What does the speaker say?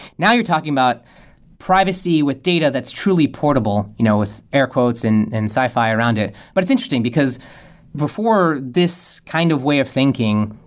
now you're talking about privacy with data that's that's truly portable, you know with air quotes and and sci-fi around it. but it's interesting, because before this kind of way of thinking,